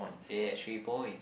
yeah three points